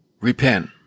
repent